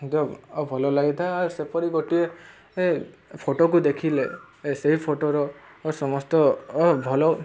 ଭଲ ଲାଗିଥାଏ ଆଉ ସେପରି ଗୋଟିଏ ଫଟୋକୁ ଦେଖିଲେ ସେଇ ଫଟୋର ସମସ୍ତ ଭଲ